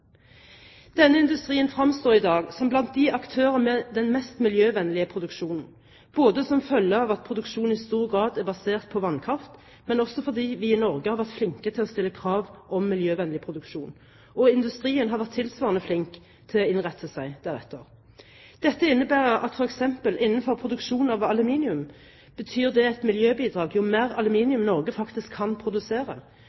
Denne industrien fremstår i dag som blant de aktører med den mest miljøvennlige produksjonen som følge av at produksjonen i stor grad er basert på vannkraft, men også fordi vi i Norge har vært flinke til å stille krav om miljøvennlig produksjon, og industrien har vært tilsvarende flink til å innrette seg deretter. Dette innebærer at f.eks. innenfor produksjon av aluminium betyr dette et miljøbidrag jo mer